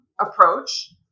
approach